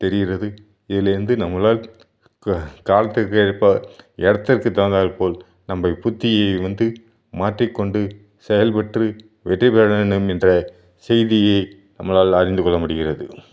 தெரிகிறது இதிலிருந்து நம்மளால் க காலத்திற்கேற்ப இடத்திற்கு தகுந்தாற்போல் நம்ம புத்தியை வந்து மாற்றிக்கொண்டு செயல்பட்டு வெற்றிப் பெற வேண்டும் என்ற செய்தியை நம்மளால் அறிந்துக்கொள்ள முடிகிறது